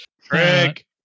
Craig